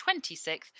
26th